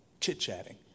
chit-chatting